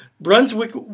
Brunswick